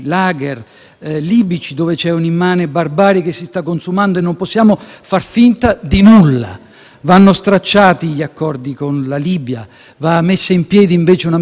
Vanno stracciati gli accordi con la Libia. Va messa in piedi invece una missione di pace internazionale, che intervenga. Va ripresa l'attività di salvataggio nel Mediterraneo: